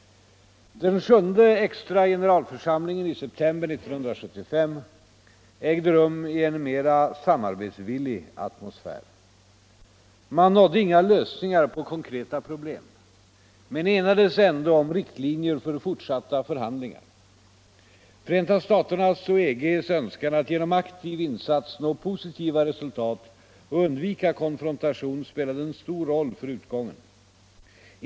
Den sjunde extra generalförsamlingen i september 1975 ägde rum i en mera samarbetsvillig atmosfär. Man nådde inga lösningar på konkreta problem men enades ändå om riktlinjer för fortsatta förhandlingar. Förenta staternas och EG:s önskan att genom en aktiv insats nå positiva resultat och undvika konfrontation spelade en stor roll för utgången.